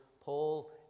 Paul